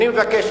אני מבקש,